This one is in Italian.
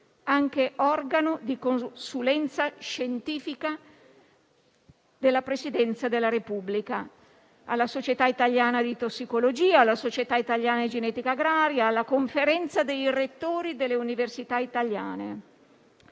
(anche organo di consulenza scientifica della Presidenza della Repubblica), alla Società italiana di tossicologia, alla Società italiana di genetica agraria, alla Conferenza dei rettori delle università italiane.